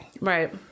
Right